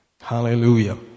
Hallelujah